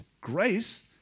Grace